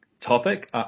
topic